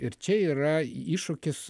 ir čia yra iššūkis